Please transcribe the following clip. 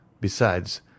Besides